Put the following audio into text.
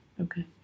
Okay